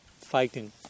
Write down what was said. fighting